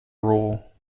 rule